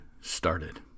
started